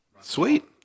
Sweet